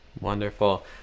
Wonderful